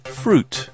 fruit